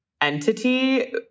entity